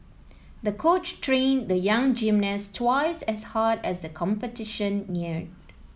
the coach trained the young gymnast twice as hard as the competition neared